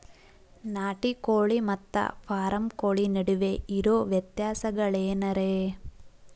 ನಾಟಿ ಕೋಳಿ ಮತ್ತ ಫಾರಂ ಕೋಳಿ ನಡುವೆ ಇರೋ ವ್ಯತ್ಯಾಸಗಳೇನರೇ?